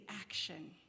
action